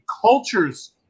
cultures